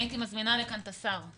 הייתי מזמינה לכאן את השר.